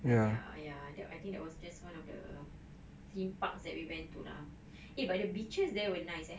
but ya ya that I think that was just one of the theme parks that we went to lah eh but the beaches there were nice eh